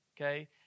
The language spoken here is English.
okay